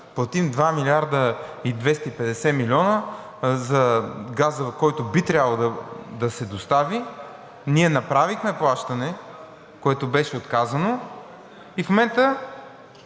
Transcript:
платим 2 млрд. 250 милиона за газа, който би трябвало да се достави, ние направихме плащане, което беше отказано, и в момента